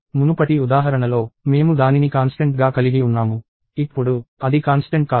మునుపటి ఉదాహరణలో మేము దానిని కాన్స్టెంట్ గా కలిగి ఉన్నాము ఇప్పుడు అది కాన్స్టెంట్ కాదు